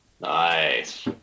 Nice